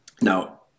Now